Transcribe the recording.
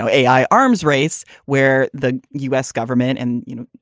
know, a i. arms race where the u s. government and, you know,